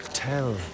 Tell